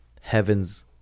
Heavens